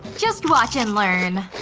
just watch and learn.